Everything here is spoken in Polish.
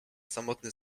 samotny